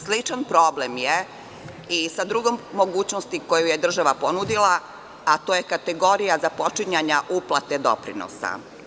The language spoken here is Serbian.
Sličan problem je i sa drugom mogućnosti koju je država ponudila, a to je kategorija započinjanja uplate doprinosa.